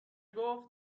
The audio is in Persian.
گفت